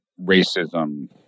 racism